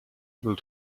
able